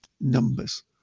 numbers